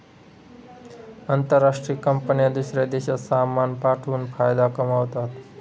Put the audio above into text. आंतरराष्ट्रीय कंपन्या दूसऱ्या देशात सामान पाठवून फायदा कमावतात